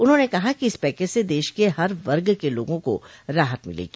उन्होंने कहा कि इस पैकेज से देश के हर वर्ग के लोगों को राहत मिलेगी